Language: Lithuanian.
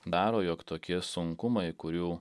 daro jog tokie sunkumai kurių